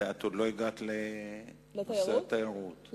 ואת עוד לא הגעת למשרד התיירות.